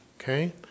okay